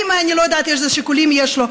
אני לא יודעת איזה שיקולים יש לו.